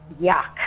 yuck